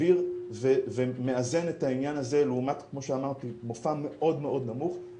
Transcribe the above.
סביר ומאזן את העניין הזה לעומת כמו שאמרתי מופע מאוד מאוד נמוך,